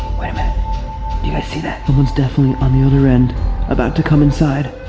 wait a minute. you guys see that? someone's definitely on the other end about to come inside.